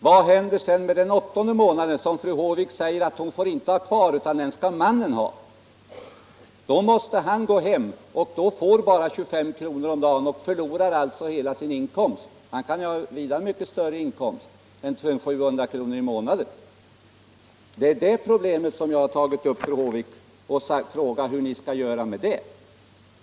Vad händer sedan med den åttonde månaden, som fru Håvik säger att modern inte får ha kvar — den skall mannen ha? Då måste han gå hem och får bara 25 kr. om dagen. Han förlorar alltså nästan hela sin inkomst. Han kan ha vida mycket större inkomst än 700 kr. i månaden. Det är det problemet jag har tagit upp, fru Håvik, och frågat hur ni skall göra på den punkten.